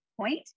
point